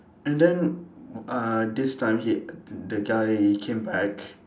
and then uh this time he the guy he came back